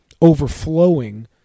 overflowing